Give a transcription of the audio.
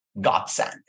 godsend